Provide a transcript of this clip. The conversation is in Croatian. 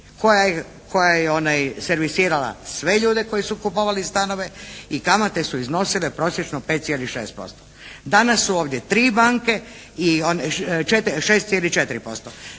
koja je servisirala sve ljude koji su kupovali stanove i kamate su iznosile prosječno 5,6%. Danas su ovdje tri banke i 6,4%.